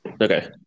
Okay